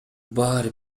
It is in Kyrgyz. баары